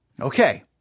Okay